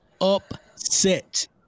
Upset